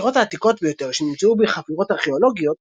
הסירות העתיקות ביותר שנמצאו בחפירות ארכאולוגיות,